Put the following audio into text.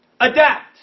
Adapt